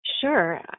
Sure